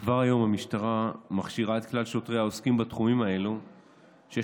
כבר היום המשטרה מכשירה את כלל שוטריה העוסקים בתחומים האלה שיש